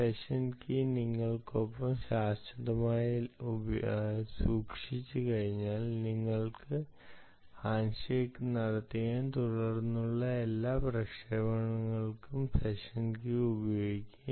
session key നിങ്ങൾക്കൊപ്പം ശാശ്വതമായി സൂക്ഷിച്ചുകഴിഞ്ഞാൽ നിങ്ങൾ ഹാൻഡ്ഷേക്ക് നടത്തുകയും തുടർന്നുള്ള എല്ലാ പ്രക്ഷേപണങ്ങൾക്കും സെഷൻ കീ ഉപയോഗിക്കുക